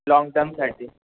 long टमसाठी